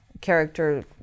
character